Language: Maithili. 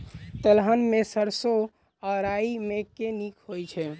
तेलहन मे सैरसो आ राई मे केँ नीक होइ छै?